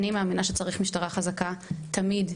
אני מאמינה שצריך משטרה חזקה תמיד,